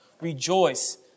Rejoice